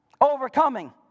overcoming